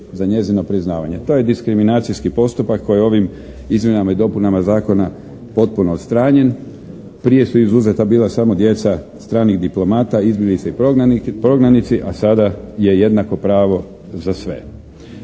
To je diskriminacijski postupak koji u ovim izmjenama i dopunama Zakona potpuno odstranjen. Prije su izuzeta bila samo djeca stranih diplomata, izbjeglice i prognanici, a sada je jednako pravo za sve.